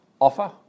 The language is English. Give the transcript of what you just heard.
offer